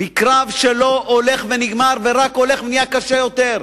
בקרב שלא הולך ונגמר, רק הולך ונעשה קשה יותר,